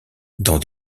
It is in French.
dans